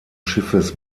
schiffes